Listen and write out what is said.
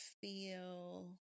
feel